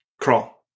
Crawl